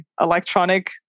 electronic